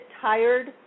tired